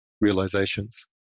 realizations